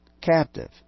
captive